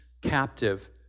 captive